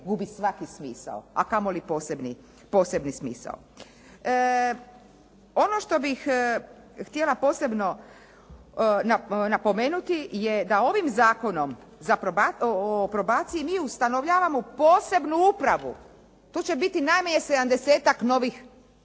gubi svaki smisao, a kamoli posebni smisao. Ono što bih htjela posebno napomenuti je da ovim Zakonom o probaciji mi ustanovljavamo posebnu upravu. Tu će biti najmanje 70-tak novih